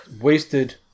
Wasted